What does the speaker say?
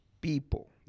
people